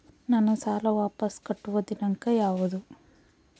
ನಾನು ಸಾಲ ವಾಪಸ್ ಕಟ್ಟುವ ದಿನಾಂಕ ಯಾವುದು?